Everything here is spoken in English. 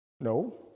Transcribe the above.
no